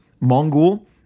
Mongol